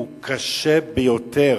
הוא קשה ביותר.